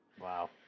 Wow